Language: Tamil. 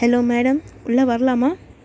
ஹலோ மேடம் உள்ளே வரலாமா